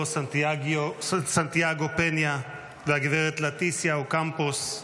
סנטיאגו פניה והגברת לטיסיה אוקמפוס,